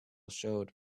showed